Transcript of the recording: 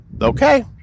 Okay